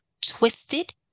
twisted